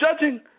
judging